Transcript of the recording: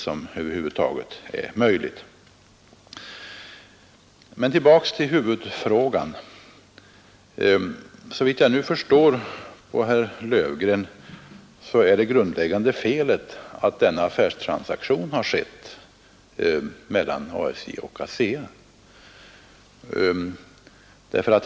Men för att återgå till huvudfrågan tycks herr Löfgren anse att det grundläggande felet är att denna affärstransaktion mellan ASJ och ASEA har företagits.